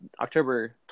October